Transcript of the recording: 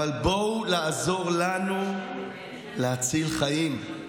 בואו לעזור לנו להציל חיים.